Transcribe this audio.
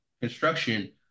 construction